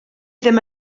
ddim